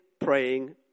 praying